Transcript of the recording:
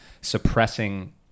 suppressing